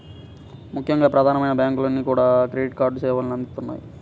ముఖ్యంగా ప్రధానమైన బ్యాంకులన్నీ కూడా క్రెడిట్ కార్డు సేవల్ని అందిత్తన్నాయి